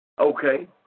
Okay